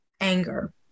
anger